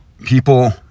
People